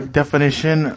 definition